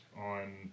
on